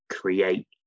create